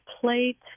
plate